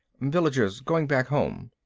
villagers going back home.